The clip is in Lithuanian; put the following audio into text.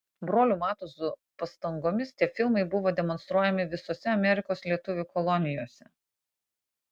brolių matuzų pastangomis tie filmai buvo demonstruojami visose amerikos lietuvių kolonijose